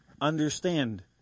understand